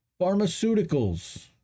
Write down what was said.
pharmaceuticals